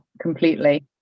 completely